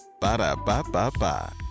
Ba-da-ba-ba-ba